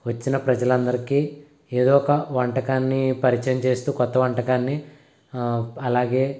వచ్చిన ప్రజలందరికీ ఏదొక వంటకాన్ని పరిచయం చేస్తూ కొత్త వంటకాన్ని అలాగే